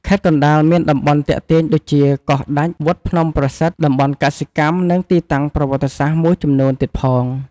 ខេត្តកណ្ដាលមានតំបន់ទាក់ទាញដូចជា កោះដាច់ វត្តភ្នំប្រសិទ្ធ តំបន់កសិកម្ម និងទីតាំងប្រវត្តិសាស្រ្ដមួយចំនួនទៀតផង។